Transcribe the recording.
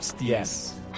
yes